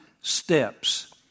steps